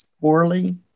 poorly